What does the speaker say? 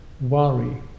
worry